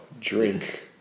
drink